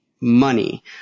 money